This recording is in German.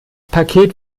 paket